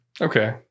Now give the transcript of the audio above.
Okay